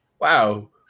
Wow